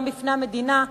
גם בפני המדינה,